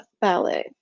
ballet